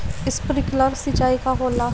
Sprinkler सिंचाई का होला?